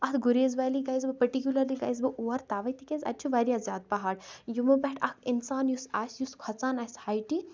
اتھ گُریز ویلی گٔیس بہٕ پٔٹِکیولرلی گٔیس بہٕ اور تَوے تِکیازِ اَتہِ چھِ واریاہ زیادٕ پہاڑ یمو پٮ۪ٹھۍ اکھ انسان یس آسہِ یُس کھۄژان آسہِ ہایٹہِ